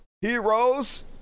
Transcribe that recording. heroes